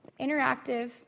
interactive